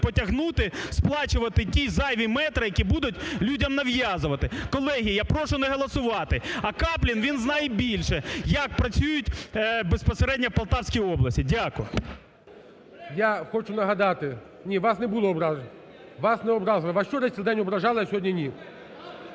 потягнути, сплачувати ті зайві метри, які будуть людям нав'язувати. Колеги, я прошу не голосувати. А Каплін, він знає більше, як працюють безпосередньо в Полтавській області. Дякую. ГОЛОВУЮЧИЙ. Я хочу нагадати… (Шум в залі) Ні, вас не було ображень. Вас не образили. Вас вчора цілий день ображали, а сьогодні - ні.